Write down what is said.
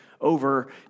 over